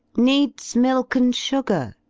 needs milk and sugar,